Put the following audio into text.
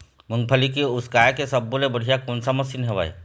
मूंगफली के उसकाय के सब्बो ले बढ़िया कोन सा मशीन हेवय?